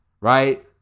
right